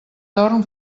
dorm